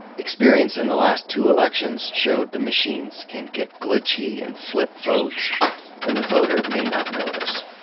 experience in the last two elections showed the machines can get glitchy and flip votes and the voter may not notice,